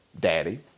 daddy